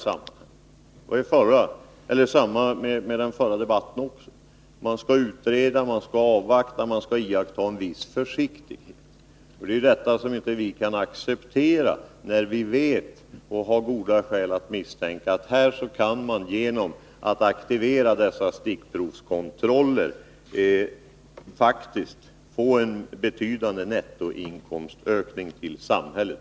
Detta med försiktighet åberopades också under den förra debatten: Man skall utreda, man skall avvakta och man skall iaktta en viss försiktighet. Vi kan dock inte acceptera detta när vi har goda skäl att misstänka att man genom att aktivera dessa stickprovskontroller faktiskt kan få en betydande nettoinkomstökning till samhället.